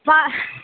स्व